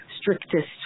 strictest